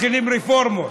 מתחילים רפורמות.